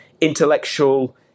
intellectual